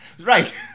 Right